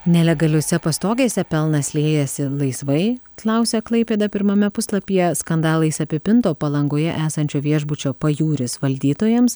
nelegaliose pastogėse pelnas liejasi laisvai klausia klaipėda pirmame puslapyje skandalais apipinto palangoje esančio viešbučio pajūris valdytojams